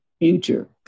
future